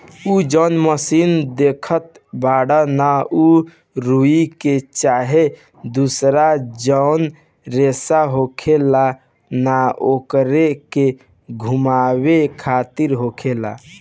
उ जौन मशीन देखत बाड़े न उ रुई के चाहे दुसर जौन रेसा होखेला न ओकरे के घुमावे खातिर होखेला